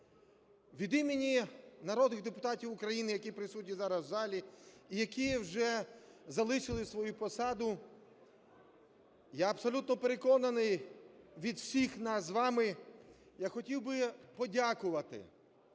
Від імені народних депутатів України, які присутні зараз в залі і які вже залишили свою посаду, я абсолютно переконаний, від всіх нас з вами я хотів би подякувати